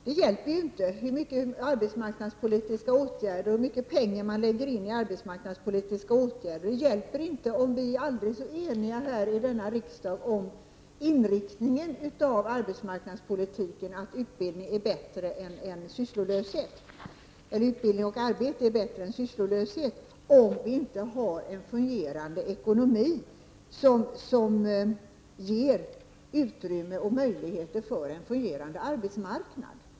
Det hjälper ju inte hur mycket pengar man än lägger ned på arbetsmarknadspolitiska åtgärder, och det hjälper inte om vi är aldrig så eniga i denna riksdag om inriktningen att arbete och utbildning är bättre än sysslolöshet, om vi inte har en fungerande ekonomi som ger möjligheter för en fungerande arbetsmarknad.